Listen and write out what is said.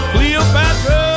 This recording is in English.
Cleopatra